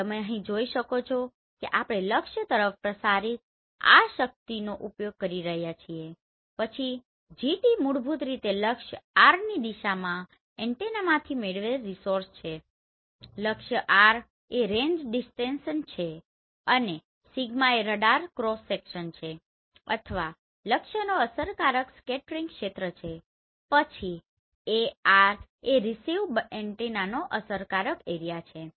તો તમે અહીં જોઈ શકો છો કે આપણે લક્ષ્ય તરફ પ્રસારિત આ શક્તિનો ઉપયોગ કરી રહ્યા છીએ પછી Gt મૂળભૂત રીતે લક્ષ્ય R ની દિશામાંના એન્ટેનામાંથી મેળવેલ રિસોર્સ છે લક્ષ્ય R એ રેંજ ડીસ્ટેનસ છે અને સિગ્મા એ રડાર ક્રોસ સેક્શન છે અથવા લક્ષ્યનો અસરકારક સ્કેટરિંગ ક્ષેત્ર છે પછી Ar એ રીસીવ એન્ટેનાનો અસરકારક એરિયા છે